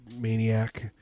maniac